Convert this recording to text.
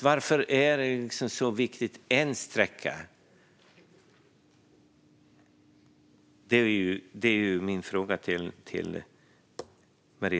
Varför är en sträcka så viktig?